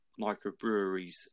microbreweries